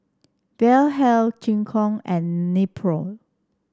Vitahealth Gingko and Nepro